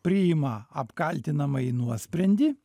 priima apkaltinamąjį nuosprendį